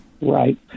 Right